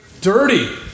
Dirty